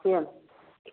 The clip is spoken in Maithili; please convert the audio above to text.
लिअऽ ने